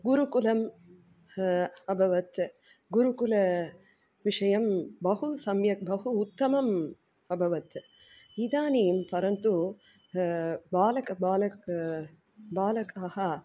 गुरुकुलम् अभवत् गुरुकुलविषयः बहु सम्यक् बहु उत्तमम् अभवत् इदानीं परन्तु बालकः बालकः बालकाः